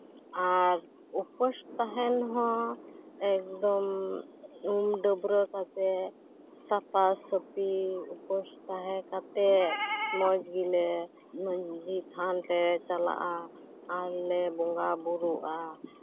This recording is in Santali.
ᱟᱨ ᱩᱯᱟᱹᱥ ᱛᱟᱦᱮᱱ ᱦᱚᱸ ᱮᱠᱫᱚᱢ ᱩᱢ ᱰᱟᱹᱵᱽᱨᱟᱹ ᱠᱟᱛᱮ ᱥᱟᱯᱟᱼᱥᱟᱹᱯᱷᱤ ᱩᱯᱟᱹᱥ ᱛᱟᱦᱮᱱ ᱠᱟᱛᱮ ᱢᱚᱡᱽ ᱜᱮᱞᱮ ᱢᱟᱹᱡᱷᱤ ᱛᱷᱟᱱᱛᱮ ᱪᱟᱞᱟᱜᱼᱟ ᱟᱨᱞᱮ ᱵᱚᱸᱜᱟᱼᱵᱳᱨᱳᱜᱼᱟ